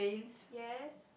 yes